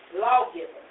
lawgiver